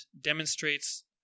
demonstrates